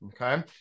okay